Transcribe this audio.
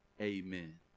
Amen